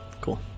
Cool